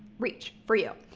reach for you.